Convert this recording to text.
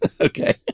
Okay